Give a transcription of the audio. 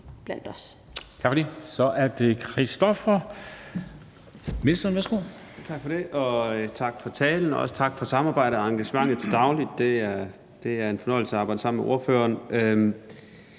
Så er det Christoffer